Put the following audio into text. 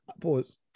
Pause